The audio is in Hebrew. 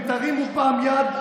אם תרימו פעם יד,